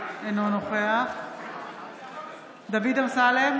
אינו נוכח דוד אמסלם,